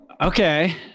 Okay